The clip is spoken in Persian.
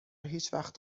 هیچوقت